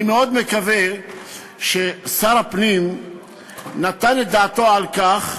אני מאוד מקווה ששר הפנים נתן את דעתו על כך,